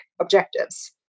objectives